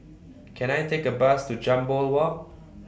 Can I Take A Bus to Jambol Walk